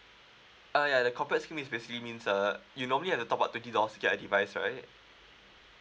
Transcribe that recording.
uh yeah the corporate scheme is basically means err you normally have to top up twenty dollars to get a device right